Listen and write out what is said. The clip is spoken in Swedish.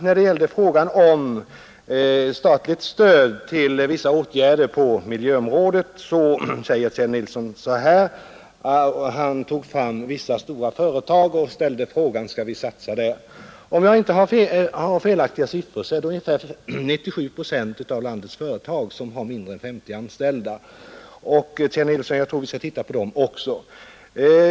När det gäller frågan om statligt stöd till vissa åtgärder på miljöområdet tog herr Kjell Nilsson fram vissa storföretag och ställde frågan om vi skall satsa där. Om jag inte har felaktiga siffror är det ungefär 97 procent av landets företag som har mindre än 50 anställda. Jag tror, herr Kjell Nilsson, att vi måste ta hänsyn till dem också.